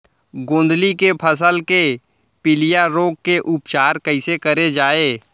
गोंदली के फसल के पिलिया रोग के उपचार कइसे करे जाये?